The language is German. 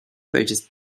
welches